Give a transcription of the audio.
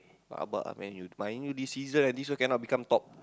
rabak ah Man-U Man-U this season I think cannot become top